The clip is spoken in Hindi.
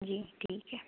जी ठीक है